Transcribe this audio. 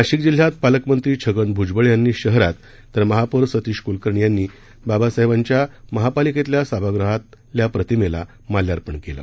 नाशिक जिल्ह्यात पालकमंत्री छगन भूजबळ यांनी शहरात तर महापौर सतीश क्लकर्णी यांनी बाबसाहेबांच्या महापालिकेतल्या सभागृहात बाबासाहेबांच्या प्रतिमेला माल्यार्पण केलं